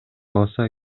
калса